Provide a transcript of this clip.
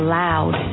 loud